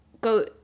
go